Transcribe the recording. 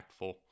impactful